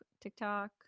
TikTok